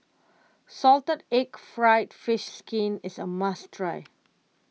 Salted Egg Fried Fish Skin is a must try